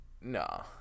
No